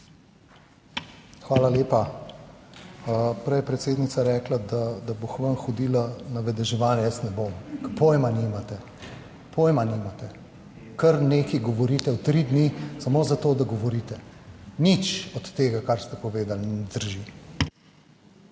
Hvala lepa. Prej je predsednica rekla, da bo k vam hodila na vedeževanje. Jaz ne bom pojma, ker pojma nimate, pojma nimate nimate. Kar nekaj govorite o tri dni, samo za to, da govorite. Nič od tega, kar ste povedali ne drži.